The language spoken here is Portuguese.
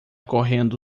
correndo